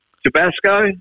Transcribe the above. Tabasco